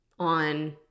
on